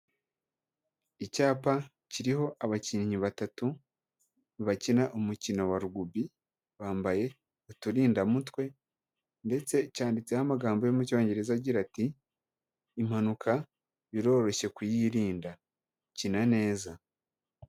Icyapa kiriho abakinnyi batatu bakina umukino wa rugubi bambaye uturindadanmutwe ndetse cyanditseho amagambo yo mu Cyongereza agira ati impanuka biroroshye kuyirinda kina neza.